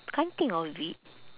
can't think of it